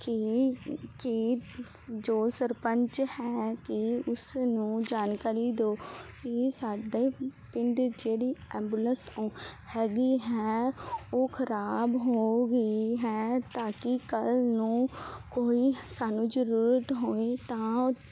ਕੀ ਕਿ ਸ ਜੋ ਸਰਪੰਚ ਹੈ ਕੀ ਉਸ ਨੂੰ ਜਾਣਕਾਰੀ ਦਿਉ ਕਿ ਸਾਡੇ ਪਿੰਡ ਜਿਹੜੀ ਐਂਬੂਲਸ ਓ ਹੈਗੀ ਹੈ ਉਹ ਖ਼ਰਾਬ ਹੋ ਗਈ ਹੈ ਤਾਂ ਕਿ ਕਲ੍ਹ ਨੂੰ ਕੋਈ ਸਾਨੂੰ ਜ਼ਰੂਰਤ ਹੋਈ ਤਾਂ